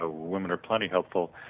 ah women are plenty helpful.